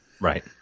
Right